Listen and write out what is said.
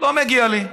לא מגיע לי,